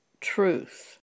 truth